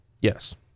Yes